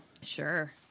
Sure